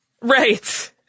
right